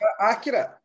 accurate